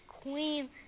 Queen